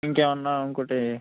ఇంకేమైనా ఇంకోటి